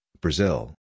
Brazil